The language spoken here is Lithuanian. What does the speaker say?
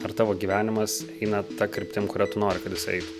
ar tavo gyvenimas eina ta kryptim kuria tu nori kad jisai eitų